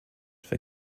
for